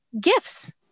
gifts